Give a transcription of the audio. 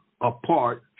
apart